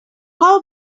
how